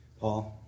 Paul